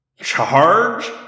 Charge